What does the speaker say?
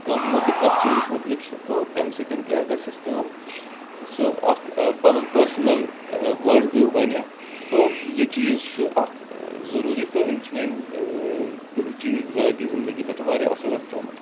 کانٛہہ مُدٕ کتھ چیٖزس مُتعلق چھُ تو تیٚمہِ سۭتۍ کیٛاہ گژھِ اسہِ کٲم سُہ اکھ پنُن پٔرسٕنل وٲرلڈ وِو بنہِ تو یہِ چیٖز چھُ اکھ ضروٗری تہٕ امہِ چھِ میانہِ دُہٕچہِ ذٲتی زندگی پٮ۪ٹھ واریاہ اثر حظ ترٛوومُت